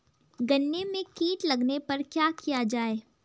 गन्ने में कीट लगने पर क्या किया जाये?